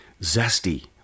zesty